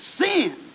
sin